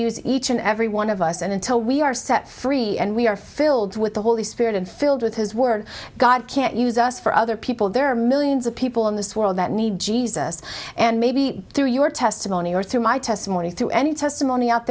use each and every one of us and until we are set free and we are filled with the holy spirit and filled with his word god can't use us for other people there are millions of people in this world that need jesus and maybe through your testimony or through my testimony through any testimony out